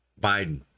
Biden